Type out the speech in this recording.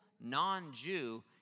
non-Jew